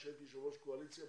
כשהייתי יושב ראש קואליציה,